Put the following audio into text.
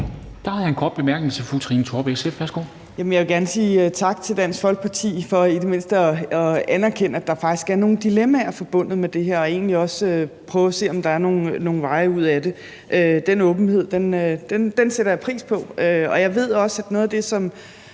fru Trine Torp, SF. Værsgo. Kl. 10:50 Trine Torp (SF): Jeg vil gerne sige tak til Dansk Folkeparti for i det mindste at anerkende, at der faktisk er nogle dilemmaer forbundet med det her, og egentlig også prøve at se på, om der er nogle veje ud af det. Den åbenhed sætter jeg pris på. Jeg ved også, at noget af det, som